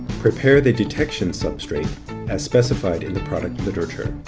prepare the detection substrate as specified in the product literature.